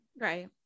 right